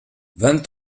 vingt